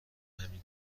همین